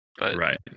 Right